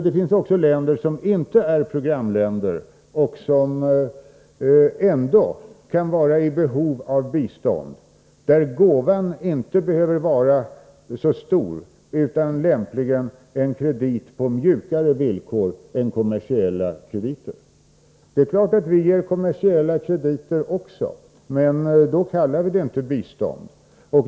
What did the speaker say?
Det finns även länder, som inte är programländer men som ändå kan vara i behov av bistånd. Gåvan behöver där inte vara så stor. Lämpligt är en kredit på mjukare villkor än kommersiella krediter. Det är klart att vi även ger kommersiella krediter, men då kallar vi det inte bistånd.